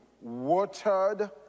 watered